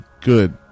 good